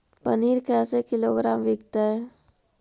पनिर कैसे किलोग्राम विकतै?